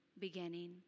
beginning